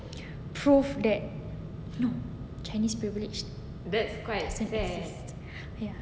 prove that no chinese privilege ya